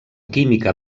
química